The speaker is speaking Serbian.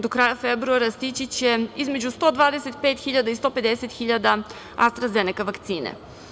Do kraja februara stići će između 125 i 150 hiljada AstraZeneka vakcine.